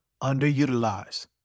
underutilized